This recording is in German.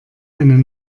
eine